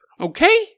okay